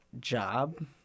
job